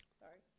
sorry